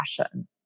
passion